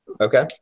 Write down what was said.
okay